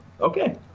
okay